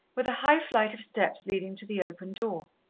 with a high flight of steps leading to the open door.